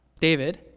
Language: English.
David